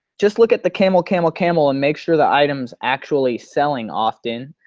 just look at the camel camel camel and make sure the items actually selling often.